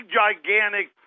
gigantic